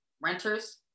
renters